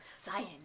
science